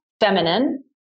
feminine